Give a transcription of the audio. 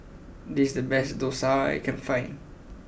this is the best Dosa that I can find